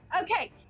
Okay